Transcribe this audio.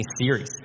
series